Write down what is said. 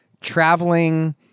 traveling